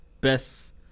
best